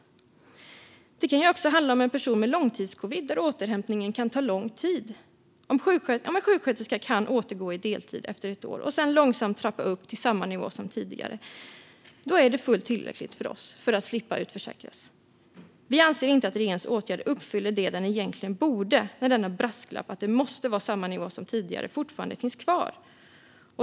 Det här kan också handla om en person med långtidscovid där återhämtningen kan ta lång tid. Om en sjuksköterska efter ett år kan återgå till deltid och sedan långsamt trappa upp till samma nivå som tidigare är det fullt tillräckligt för oss för att man ska slippa bli utförsäkrad. Vi anser inte att regeringens åtgärd uppfyller det som den egentligen borde när brasklappen att det måste vara samma nivå som tidigare fortfarande finns kvar.